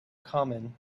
common